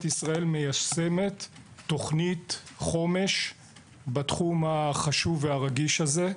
ישראל מיישמת תוכנית חומש בתחום החשוב והרגיש הזה.